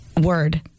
Word